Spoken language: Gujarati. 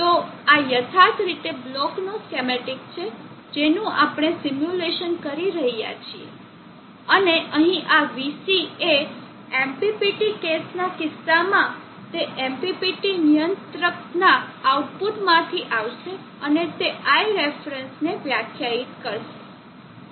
તો આ યથાર્થ રીતે બ્લોકનો સ્કેમેટીક છે જેનું આપણે સિમ્યુલેશન કરી રહ્યા છીએ અને અહીં આ VC એ આ MPPT કેસના કિસ્સામાં તે MPPT નિયંત્રકના આઉટપુટમાંથી આવશે અને તે Iref ને વ્યાખ્યાયિત કરશે